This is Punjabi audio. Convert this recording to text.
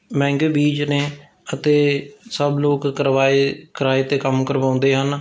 ਮਹਿੰਗੇ ਬੀਜ ਨੇ ਅਤੇ ਸਭ ਲੋਕ ਕਰਵਾਏ ਕਿਰਾਏ 'ਤੇ ਕੰਮ ਕਰਵਾਉਂਦੇ ਹਨ